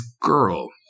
girl